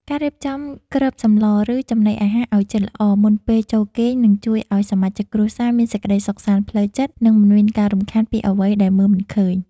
ការរៀបចំគ្របសម្ល ឬចំណីអាហារឱ្យជិតល្អមុនពេលចូលគេងនឹងជួយឱ្យសមាជិកគ្រួសារមានសេចក្តីសុខសាន្តផ្លូវចិត្ត និងមិនមានការរំខានពីអ្វីដែលមើលមិនឃើញ។